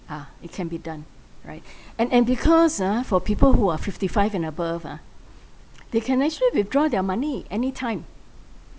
ah it can be done right and and because ah for people who are fifty five and above ah they can actually withdraw their money anytime